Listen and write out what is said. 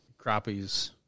crappies